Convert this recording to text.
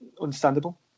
understandable